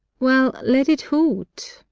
well, let it hoot.